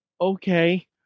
okay